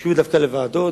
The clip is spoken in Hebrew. אם ביקשו דווקא לוועדות,